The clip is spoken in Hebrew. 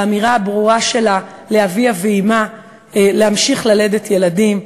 באמירה הברורה שלה לאביה ואמה להמשיך ללדת ילדים,